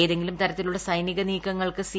ഏതെങ്കിലും തരത്തിലുള്ള സൈനിക നീക്കങ്ങൾക്ക് സി